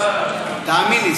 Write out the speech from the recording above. תאמין לי,